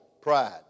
pride